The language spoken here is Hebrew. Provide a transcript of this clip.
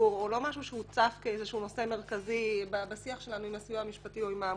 או משהו שצף כנושא מרכזי בשיח שלנו עם הסיוע המשפטי או עם העמותות.